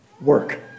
work